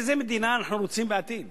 איזו מדינה אנחנו רוצים בעתיד